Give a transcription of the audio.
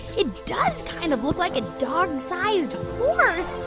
it does kind of look like a dog-sized horse.